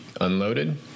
unloaded